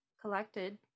collected